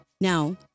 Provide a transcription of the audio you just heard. Now